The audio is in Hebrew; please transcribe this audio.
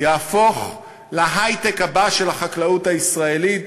יהפוך להיי-טק הבא של החקלאות הישראלית,